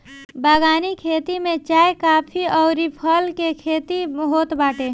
बगानी खेती में चाय, काफी अउरी फल के खेती होत बाटे